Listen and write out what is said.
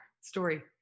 story